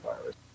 virus